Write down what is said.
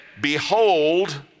Behold